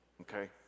Okay